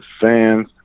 fans